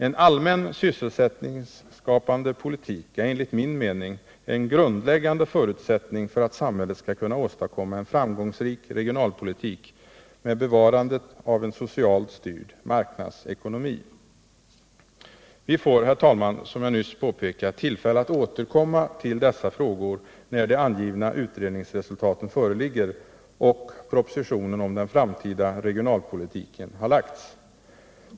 En allmän sysselsättningsskapande politik är enligt min mening en grundläggande förutsättning för att samhället skall kunna åstadkomma en framgångsrik regionalpolitik med bevarande av en socialt styrd marknadsekonomi. Herr talman! Som jag nyss påpekade får vi tillfälle att återkomma till dessa frågor när de angivna utredningsresultaten föreligger och propositionen om den framtida regionalpolitiken har lagts.